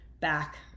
Back